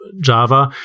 java